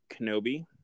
Kenobi